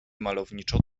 malowniczo